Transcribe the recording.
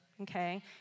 okay